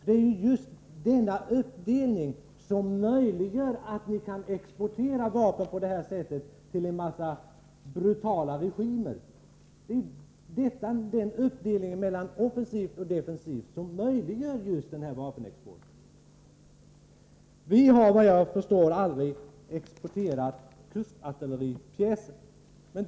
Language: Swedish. Det är just denna uppdelning som möjliggör export av vapen till brutala regimer. Vi har vad jag förstår aldrig exporterat kustartilleripjäser.